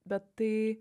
bet tai